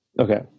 Okay